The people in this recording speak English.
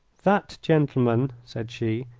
that gentleman, said she,